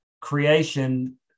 creation